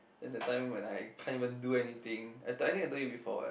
then that time when I can't even do anything I think I told you before what